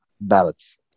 ballots